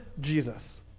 Jesus